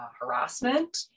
harassment